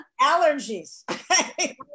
Allergies